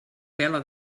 pela